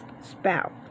spout